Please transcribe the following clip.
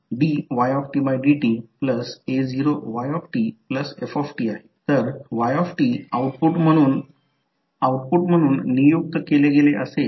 म्हणून जेव्हा जेव्हा हे कॉइल असते आणि हे प्रत्यक्षात फ्रिक्वेंसी डोमेन असते जे हे 2 डॉट असतात आणि हे म्युच्युअल रिअॅक्टन्स jM आहे जे येथे लिहिले आहे हे j L1 आहे आणि हे थेट j बाकी सारखेच आहे